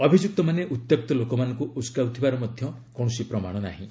ଅଭିଯୁକ୍ତମାନେ ଉତ୍ୟକ୍ତ ଲୋକମାନଙ୍କୁ ଉସକାଇଥିବାର ମଧ୍ୟ କୌଣସି ପ୍ରମାଣ ନାହିଁ